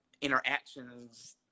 interactions